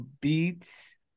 Beats